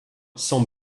sans